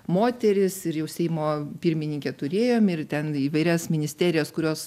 moteris ir jau seimo pirmininkę turėjom ir ten įvairias ministerijas kurios